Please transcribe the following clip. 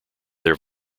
their